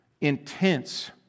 intense